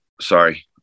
sorry